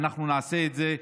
ואנחנו נעשה את זה.